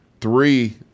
three